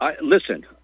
listen